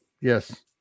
yes